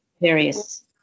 various